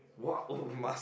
!wow!